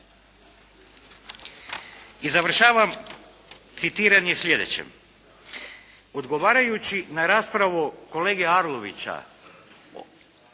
I završavam citiranje sljedećim. Odgovarajući na raspravu kolege Arlovića,